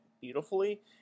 beautifully